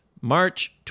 March